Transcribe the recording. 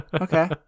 Okay